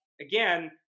again